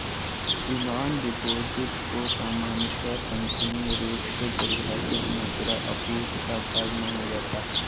demand deposit को सामान्यतः संकीर्ण रुप से परिभाषित मुद्रा आपूर्ति का भाग माना जाता है